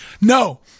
No